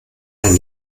ein